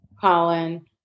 Colin